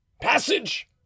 Passage